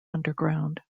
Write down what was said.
underground